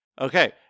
Okay